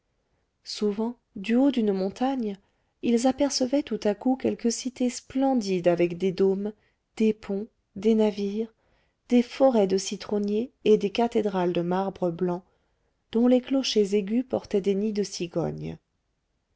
souvent du haut d'une montagne ils apercevaient tout à coup quelque cité splendide avec des dômes des ponts des navires des forêts de citronniers et des cathédrales de marbre blanc dont les clochers aigus portaient des nids de cigogne